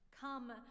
Come